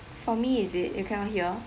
for me is it you cannot hear